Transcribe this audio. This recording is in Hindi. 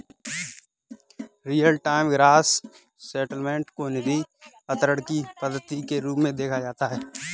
रीयल टाइम ग्रॉस सेटलमेंट को निधि अंतरण की पद्धति के रूप में देखा जाता है